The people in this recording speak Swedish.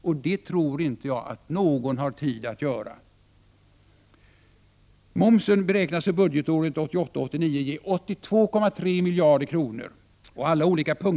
Och det tror inte jag att någon har tid att göra.